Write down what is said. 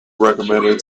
recommended